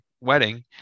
wedding